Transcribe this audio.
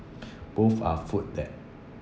both are food that